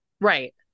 Right